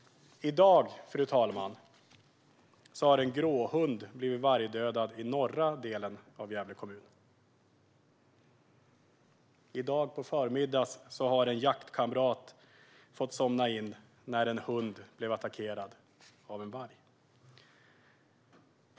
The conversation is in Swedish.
Fru talman! I dag har en gråhund dödats av en varg i norra delen av Gävle kommun. I dag på förmiddagen har en jaktkamrat, en hund, fått somna in efter att ha blivit attackerad av en varg.